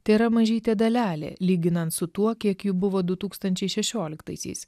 tėra mažytė dalelė lyginant su tuo kiek jų buvo du tūkstančiai šešioliktaisiais